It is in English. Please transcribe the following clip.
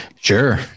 Sure